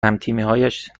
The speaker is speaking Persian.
همتیمیهایشان